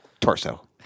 Torso